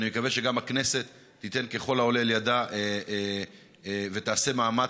ואני מקווה שגם הכנסת תיתן כל שבידה ותעשה מאמץ